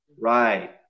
Right